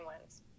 wins